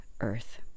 earth